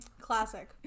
Classic